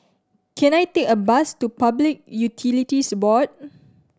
can I take a bus to Public Utilities Board